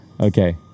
Okay